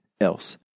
else